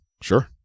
Sure